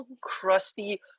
crusty